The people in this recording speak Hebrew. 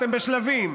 אתם בשלבים,